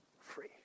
Free